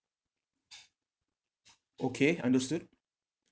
okay understood